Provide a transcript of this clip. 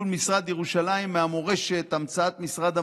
אה, ההורדה זה הריבית על המשכנתאות.